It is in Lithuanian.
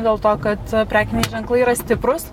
dėl to kad prekiniai ženklai yra stiprūs